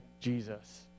Jesus